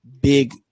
Big